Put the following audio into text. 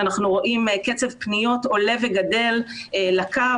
אנחנו רואים קצב פניות הולך וגדל לקו,